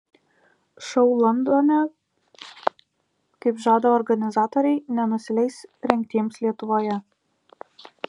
šou londone kaip žada organizatoriai nenusileis rengtiems lietuvoje